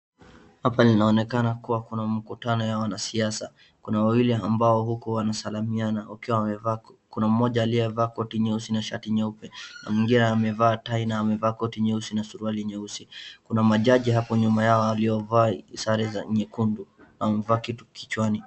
Hapa inaonekana kuwa kuna mkutano ya wanasiasa. Kuna wawili huku ambao wanasalamiana wakiwa wamevaa, kuna mmoja aliyevaa koti nyeusi na shati nyeupe na mwingine amevaa tai na amevaa koti nyeusi na suruali nyeusi. Kuna majaji hapo nyuma yao waliovaa sare za nyekundu na wamevaa kitu kichwani.